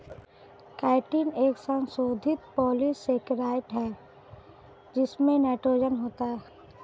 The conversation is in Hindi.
काइटिन एक संशोधित पॉलीसेकेराइड है जिसमें नाइट्रोजन होता है